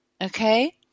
okay